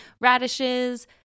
radishes